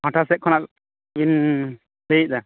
ᱯᱟᱦᱚᱴᱷᱟ ᱥᱮᱫ ᱠᱷᱚᱱᱟᱜ ᱵᱤᱱ ᱞᱟᱹᱭ ᱮᱫᱟ